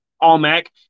all-Mac